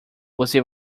você